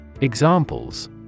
Examples